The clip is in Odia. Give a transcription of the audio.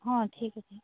ହଁ ଠିକ୍ ଅଛି